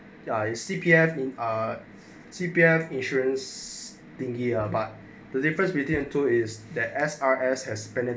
ya C_P_F in a C_P_F insurance thingy lah but the difference between the two is the S_R_S has splendid